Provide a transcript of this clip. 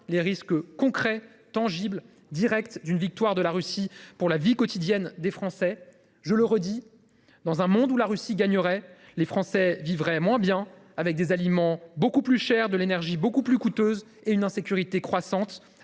les risques concrets, tangibles et directs d’une victoire de la Russie pour la vie quotidienne des Français. Je le répète, dans un monde où la Russie gagnerait, les Français vivraient moins bien, avec des aliments plus chers, de l’énergie plus coûteuse et une insécurité croissante.